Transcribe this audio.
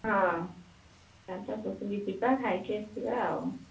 ହଁ ଆମେ ତ ସେଠିକି ଯିବା ଖାଇକି ଆସିବା ଆଉ